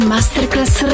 Masterclass